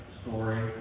story